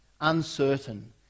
uncertain